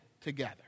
together